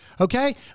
Okay